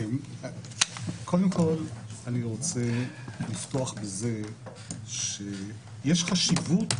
קודם כול, אני רוצה לפתוח בזה שיש חשיבות